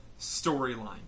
storyline